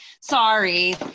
sorry